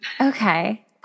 Okay